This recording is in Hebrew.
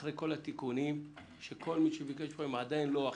אחרי כל התיקונים שכולם ביקשו פה הן עדיין לא אופטימליות.